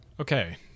Okay